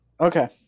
Okay